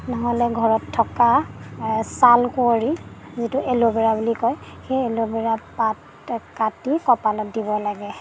নহ'লে ঘৰত থকা চালকুঁৱৰী যিটো এল'ভেৰা বুলি কয় সেই এল'ভেৰাৰ পাত কাটি কপালত দিব লাগে